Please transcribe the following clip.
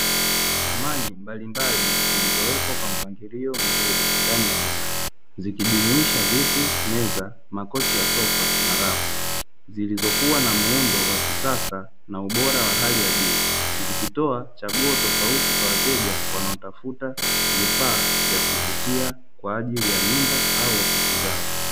Samani mbalimbali zilizowekwa kwa mpangilio mzuri ndani ya duka, zikijumuisha: viti, meza, makochi ya sofa na rafu. Zilizokuwa na muundo wa kisasa na ubora wa hali ya juu, zikitoa chaguo tofauti kwa wateja wanaotafuta vifaa vya kuvutia kwa ajili ya nyumba au ofisi zao.